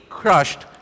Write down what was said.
crushed